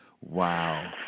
Wow